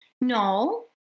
no